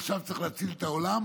עכשיו צריך להציל את העולם,